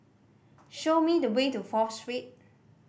show me the way to Fourth Street